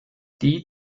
die